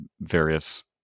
various